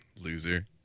loser